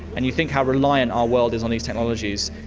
and you think how reliant our world is on these technologies,